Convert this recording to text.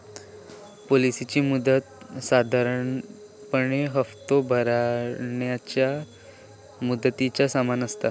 पॉलिसीची मुदत साधारणपणे हप्तो भरणाऱ्या मुदतीच्या समान असता